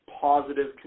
positive